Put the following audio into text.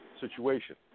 situation